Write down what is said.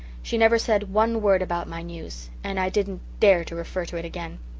she never said one word about my news and i didn't dare to refer to it again.